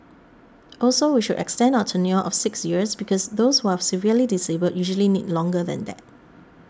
also we should extend our tenure of six years because those who are severely disabled usually need longer than that